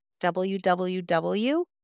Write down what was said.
www